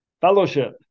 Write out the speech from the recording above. fellowship